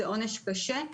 זה עונש קשה.